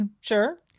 Sure